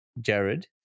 Jared